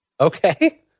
Okay